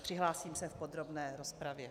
Přihlásím se v podrobné rozpravě.